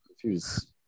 confused